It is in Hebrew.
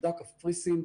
עובדה קפריסין,